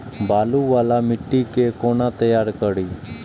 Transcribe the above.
बालू वाला मिट्टी के कोना तैयार करी?